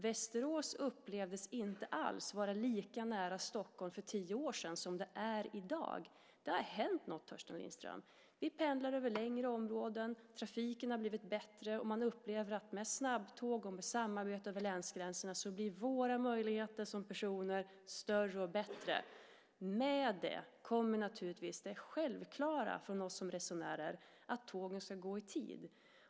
Västerås upplevdes inte ligga lika nära Stockholm för tio år sedan som i dag. Det har hänt något. Vi pendlar över större områden. Trafiken har blivit bättre. Man upplever att våra möjligheter med snabbtåg och med samarbete över länsgränserna blir bättre. Med det kommer det självklara kravet från oss resenärer att tågen ska gå i tid.